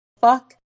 fuck